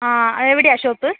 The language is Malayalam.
ആ എവിടെയാണ് ഷോപ്പ്